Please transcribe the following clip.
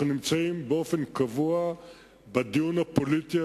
אנחנו מנהלים באופן קבוע את הדיון הפוליטי